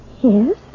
Yes